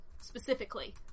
specifically